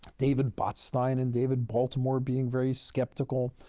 david botstein and david baltimore being very skeptical.